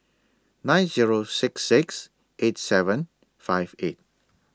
nine Zero six six eight seven five eight